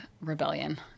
rebellion